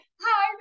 hi